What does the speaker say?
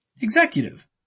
Executive